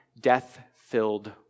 death-filled